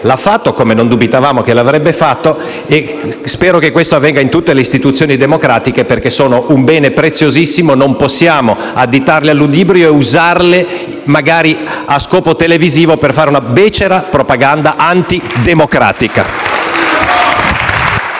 ha fatto, come non dubitavamo che avrebbe fatto. Spero che questo avvenga in tutte le istituzioni democratiche, perché sono un bene preziosissimo: non possiamo additarle a ludibrio e usarle magari a scopo televisivo per fare una becera propaganda antidemocratica.